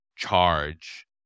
charge